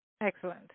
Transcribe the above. Excellent